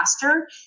faster